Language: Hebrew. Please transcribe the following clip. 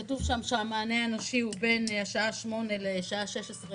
כתוב שם שהמענה האנושי הוא בין השעה 08:00 לשעה 16:00